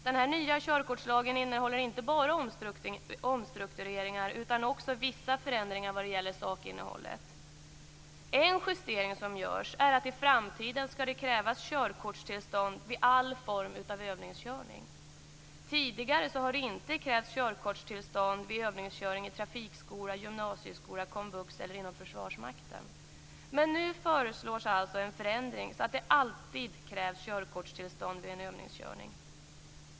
Den nya körkortslagen innehåller inte bara omstruktureringar utan också vissa förändringar när det gäller sakinnehållet. En justering som görs är att det i framtiden skall krävas körkortstillstånd vid all form av övningskörning. Tidigare har det inte krävts körkortstillstånd vid övningskörning i trafikskola, gymnasieskola, komvux eller inom Försvarsmakten. Men nu föreslås alltså en förändring så att det alltid krävs körkortstillstånd vid övningskörning.